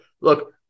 Look